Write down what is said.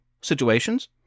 situations